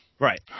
Right